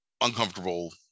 Uncomfortable